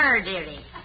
dearie